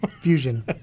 fusion